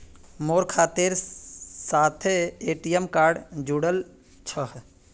मोर खातार साथे ए.टी.एम कार्ड जुड़ाल छह